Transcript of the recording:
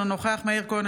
אינו נוכח מאיר כהן,